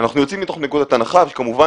אנחנו יוצאים מתוך נקודת הנחה שכמובן